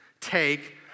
take